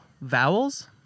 Vowels